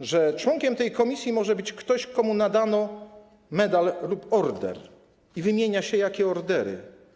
iż członkiem tej komisji może być ktoś, komu nadano medal lub order, i wymienia się te ordery.